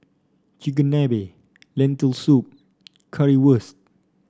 Chigenabe Lentil Soup Currywurst